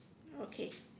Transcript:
okay